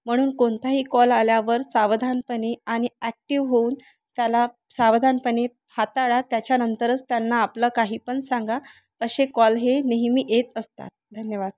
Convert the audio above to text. म्हणून कोणताही कॉल आल्यावर सावधानपणे आणि ॲक्टिव्ह होऊन त्याला सावधानपणे हाताळा त्याच्यानंतरच त्यांना आपलं काही पण सांगा असे कॉल हे नेहमी येत असतात धन्यवाद